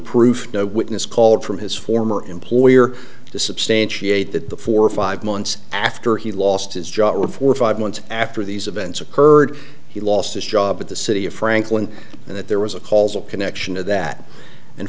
proof no witness called from his former employer to substantiate that the four or five months after he lost his job for five months after these events occurred he lost his job at the city of franklin and that there was a calls of connection to that and